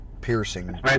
Piercing